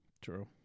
True